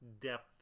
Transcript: depth